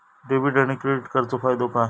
Debit आणि credit कार्डचो फायदो काय?